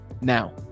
now